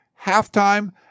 halftime